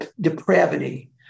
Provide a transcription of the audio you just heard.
depravity